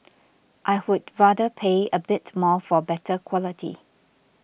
I would rather pay a bit more for better quality